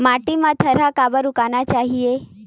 माटी मा थरहा कब उगाना चाहिए?